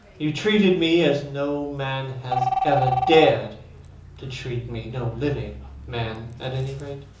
you treated me as no man has ever dared to treat me no living man, at any rate.